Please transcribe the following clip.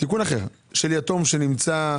של יתום שנמצא,